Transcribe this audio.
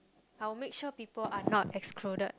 I'll make sure people are not excluded